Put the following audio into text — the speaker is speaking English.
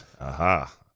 Aha